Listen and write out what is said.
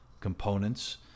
components